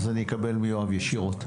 ואז אני אקבל מיואב ישירות.